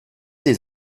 des